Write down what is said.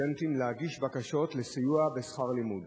לסטודנטים להגיש בקשות לסיוע בשכר לימוד.